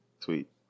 tweet